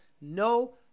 no